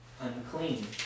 unclean